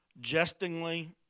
jestingly